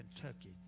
Kentucky